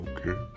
Okay